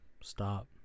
Stop